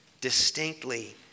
distinctly